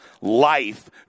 life